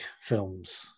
films